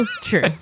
True